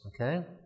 okay